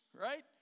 right